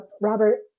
Robert